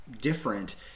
different